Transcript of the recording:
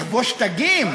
בצלאל,